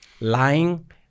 lying